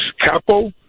Capo